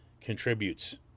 contributes